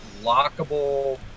lockable